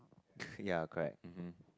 ya correct uh hum